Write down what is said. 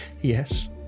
yes